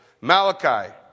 Malachi